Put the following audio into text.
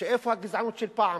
איפה הגזענות של פעם?